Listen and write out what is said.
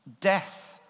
death